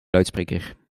luidspreker